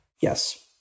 Yes